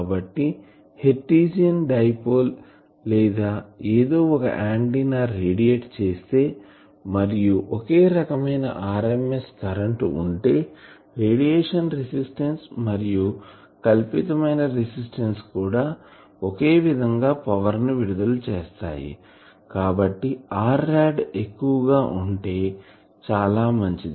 కాబట్టి Hertzian dipole లేదా ఎదో ఒక ఆంటిన్నా రేడియేట్ చేస్తే మరియు ఒకే రకమైన rms కరెంటు ఉంటే రేడియేషన్ రెసిస్టెన్స్ మరియు కల్పితమైన రెసిస్టెన్స్ కూడా ఒకే విధంగా పవర్ ని విడుదల చేస్తాయి కాబట్టి Rrad ఎక్కువ ఉంటే చాలా మంచిది